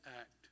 act